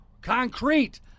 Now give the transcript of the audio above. Concrete